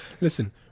listen